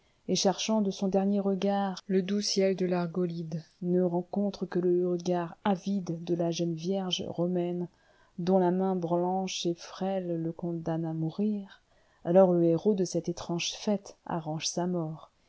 et cherchant de son dernier regard le doux ciel de l'argolide ne rencontre que le regard avide de la jeune vierge romaine dont la main blanche et frêle le condamne à mourir alors le héros de cette étrange fête arrange sa mort